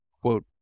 quote